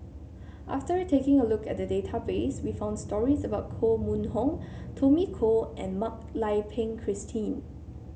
after taking a look at the database we found stories about Koh Mun Hong Tommy Koh and Mak Lai Peng Christine